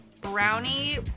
brownie